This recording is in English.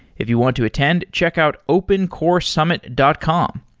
if you want to attend, check out opencoresummit dot com.